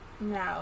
No